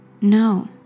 no